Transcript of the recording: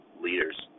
leaders